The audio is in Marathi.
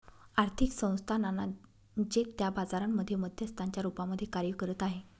आर्थिक संस्थानांना जे त्या बाजारांमध्ये मध्यस्थांच्या रूपामध्ये कार्य करत आहे